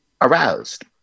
aroused